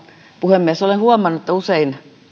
puhemies olen huomannut että usein